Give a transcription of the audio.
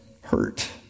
hurt